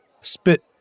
Spit